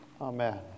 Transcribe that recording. Amen